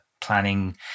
planning